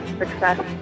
success